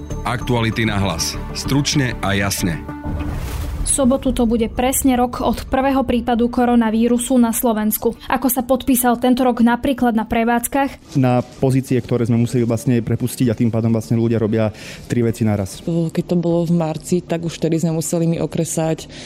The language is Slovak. Aktuality na hlas. Stručne a jasne. V sobotu to bude presne rok od prvého prípadu koronavírusu na Slovensku. Ako sa podpísal tento rok napríklad na prevádzkach? Na pozície, ktoré sme museli vlastne prepustiť a tým pádom vlastne ľudia robia tri veci naraz. Keď to bolo v marci, tak už tedy sme museli my okresať